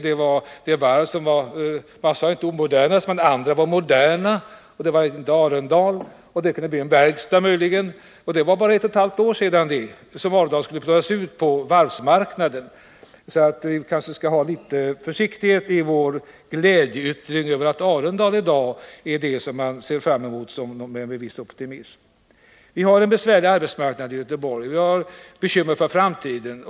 Man sade inte att Arendal var ett omodernt varv, men det talades om att andra varv var moderna, och man tänkte sig att Arendal skulle byggas om för verkstadsindustri osv. Det var inte så länge sedan. Vi kanske därför skall vara litet försiktiga i våra glädjeyttringar över att Arendal i dag är det varv som man ser på med en viss optimism. Vi har en besvärlig arbetsmarknad i Göteborg, och vi har bekymmer för framtiden.